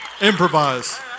Improvise